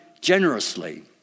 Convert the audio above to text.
generously